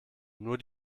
nur